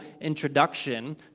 introduction